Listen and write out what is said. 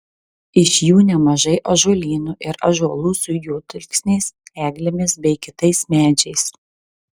iš jų nemažai ąžuolynų ir ąžuolų su juodalksniais eglėmis bei kitais medžiais